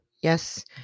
yes